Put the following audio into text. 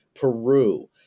Peru